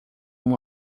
uma